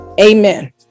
amen